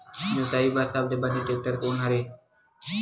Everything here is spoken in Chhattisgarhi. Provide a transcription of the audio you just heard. जोताई बर सबले बने टेक्टर कोन हरे?